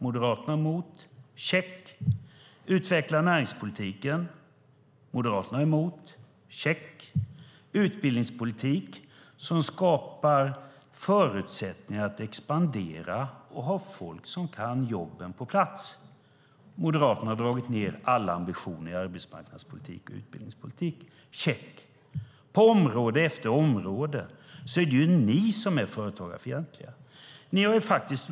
Moderaterna var emot. Utveckla näringspolitiken. Moderaterna är emot. Utbildningspolitik som skapar förutsättningar för att expandera och ha folk som kan jobben på plats. Moderaterna har dragit ned alla ambitioner i arbetsmarknadspolitik och utbildningspolitik. På område efter område är det ni som är företagarfientliga. Ni har valt sida.